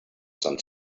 some